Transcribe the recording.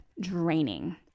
draining